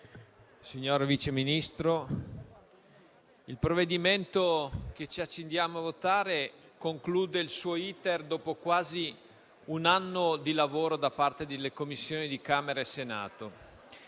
signor Sottosegretario, il provvedimento che ci accingiamo a votare conclude il suo *iter* dopo quasi un anno di lavoro da parte delle Commissioni di Camera e Senato.